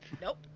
Nope